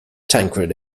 tancred